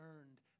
earned